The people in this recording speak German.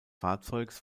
fahrzeugs